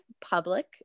public